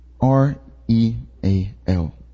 R-E-A-L